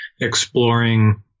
exploring